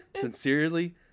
Sincerely